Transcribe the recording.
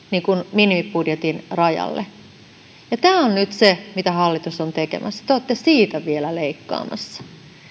minimibudjetin rajalle tämä on nyt se mitä hallitus on tekemässä te olette siitä vielä leikkaamassa